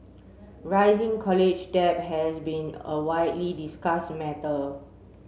rising college debt has been a widely discussed matter